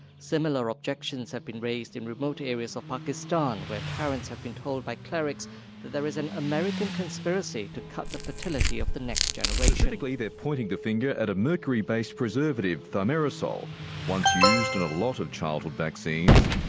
similar objections have been raised in remote areas of pakistan where parents have been told by clerics that there is an american conspiracy to cut the fertility of the next generation. like specifically they're pointing the finger at a mercury-based preservative, thimerosal, once used in a lot of childhood vaccines,